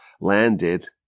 landed